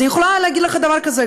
אז אני יכולה להגיד לך דבר כזה,